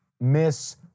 Miss